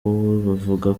bavuga